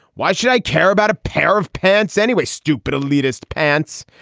why should i care about a pair of pants anyway stupid elitist pants.